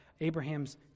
Abraham's